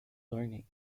learning